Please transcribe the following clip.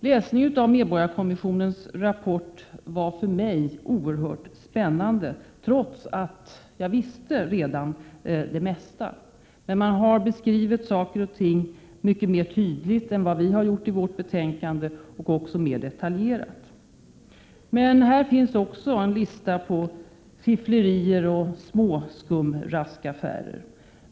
Läsningen av medborgarkommissionens rapport var för mig oerhört spännande, trots att jag redan visste det mesta. Kommissionen har nämligen beskrivit saker och ting mycket mer tydligt och detaljerat än vad vi har gjort i vårt betänkande. Här finns också en lista på fiffel och små skumraskaffärer.